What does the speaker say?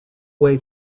way